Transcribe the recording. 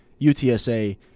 UTSA